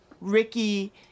Ricky